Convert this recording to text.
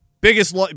Biggest